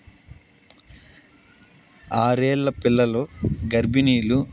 ఆరు ఏళ్ళ పిల్లలు గర్భిణీలు